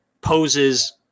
poses